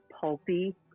pulpy